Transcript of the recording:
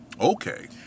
Okay